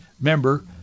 member